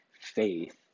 faith